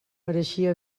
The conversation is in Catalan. pareixia